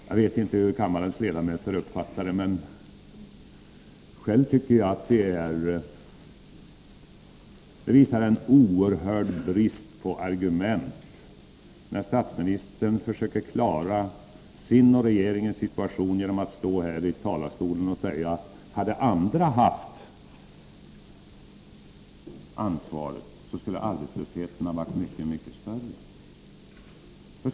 Jag vet inte hur kammarens ledamöter uppfattar det, men själv tycker jag att statsministern visar en oerhört stor brist på argument när han försöker klara sin och regeringens situation genom att stå här i talarstolen och säga, att om andra haft ansvaret så skulle arbetslösheten ha varit mycket större.